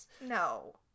no